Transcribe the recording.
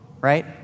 right